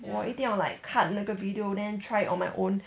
我一定要 like 看那个 video then try it on my own